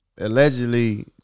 allegedly